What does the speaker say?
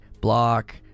block